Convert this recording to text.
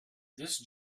this